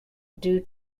due